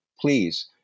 Please